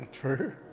True